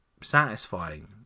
satisfying